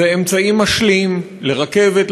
זה אמצעי משלים לרכבת,